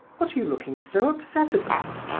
what are you looking so upset about?